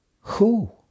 Who